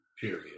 period